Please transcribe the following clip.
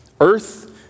earth